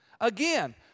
Again